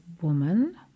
woman